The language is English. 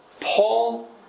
Paul